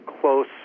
close